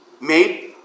Made